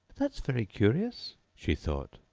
that's very curious she thought.